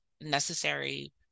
necessary